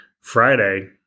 Friday